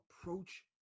approach